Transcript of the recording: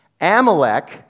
Amalek